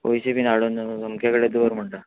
पयशे बीन हाडून अमके कडेन दवर म्हणटा